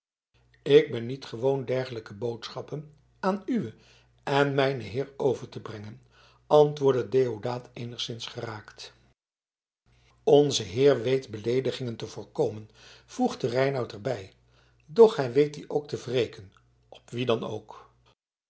ik ben niet gewoon dergelijke boodschappen aan uwen en mijnen heer over te brengen antwoordde deodaat eenigszins geraakt onze heer weet beleedigingen te voorkomen voegde reinout er bij doch hij weet die ook te wreken op wie dan ook